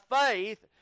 faith